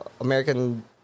American